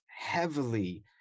heavily